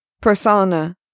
persona